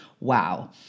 wow